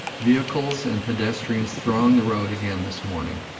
vehicles and pedestrians throng the road again this morning,